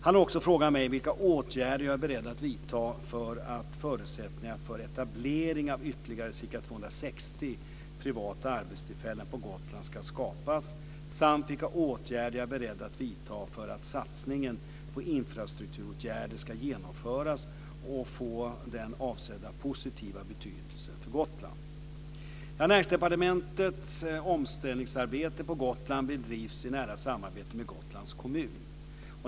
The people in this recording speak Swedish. Han har också frågat mig vilka åtgärder jag är beredd att vidta för att förutsättningarna för etablering av ytterligare ca 260 privata arbetstillfällen på Gotland ska skapas samt vilka åtgärder jag är beredd att vidta för att satsningen på infrastrukturåtgärder ska genomföras och få den avsedda positiva betydelsen för Gotland. Gotland bedrivs i nära samarbete med Gotlands kommun.